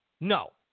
No